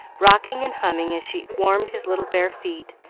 rocking and humming as she warmed his little bare feet,